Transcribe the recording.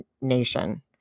nation